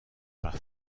par